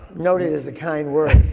noted is a kind word.